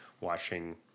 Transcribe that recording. watching